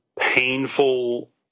painful